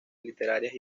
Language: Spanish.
literarias